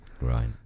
right